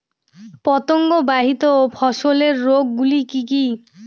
পতঙ্গবাহিত ফসলের রোগ গুলি কি কি?